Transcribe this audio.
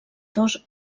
dos